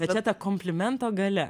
va čia ta komplimento galia